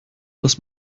das